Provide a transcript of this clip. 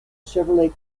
chevrolet